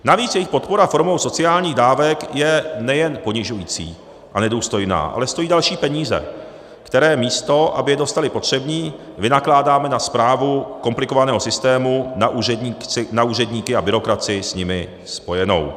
Navíc jejich podpora formou sociálních dávek je nejen ponižující a nedůstojná, ale stojí další peníze, které místo aby je dostali potřební, vynakládáme na správu komplikovaného systému, na úředníky a byrokracii s tím spojenou.